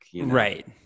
right